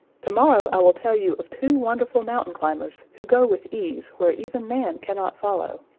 to-morrow i will tell you of two wonderful mountain climbers who go with ease where even man cannot follow.